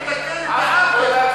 אז תתקן את העוול.